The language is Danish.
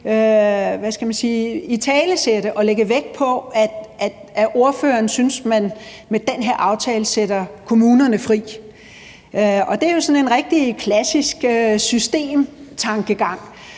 – italesætte og lægge vægt på, at ordføreren synes, at man med den her aftale sætter kommunerne fri. Det er jo sådan en rigtig klassisk systemtankegang.